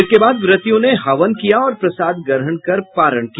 इसके बाद व्रतियों ने हवन किया और प्रसाद ग्रहण कर पारण किया